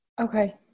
Okay